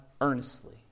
earnestly